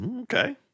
Okay